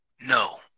No